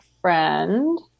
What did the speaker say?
friend